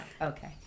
Okay